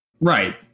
Right